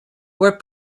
were